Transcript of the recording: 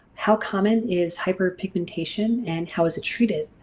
how common is hyperpigmentation and how is it treated?